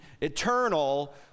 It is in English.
eternal